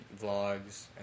vlogs